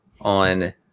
on